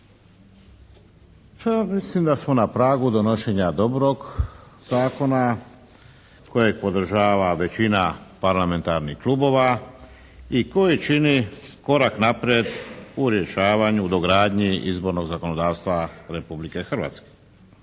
Pa mislim da smo na pragu donošenja dobrog zakona kojeg podržava većina parlamentarnih klubova i koji ćini korak naprijed u rješavanju u dogradnji izbornog zakonodavstva Republike Hrvatske.